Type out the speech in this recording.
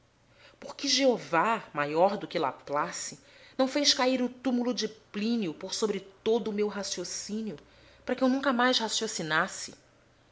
que jeová maior do que laplace não fez cair o túmulo de plínio por sobre todo o meu raciocínio para que eu nunca mais raciocinase